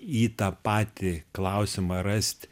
į tą patį klausimą rast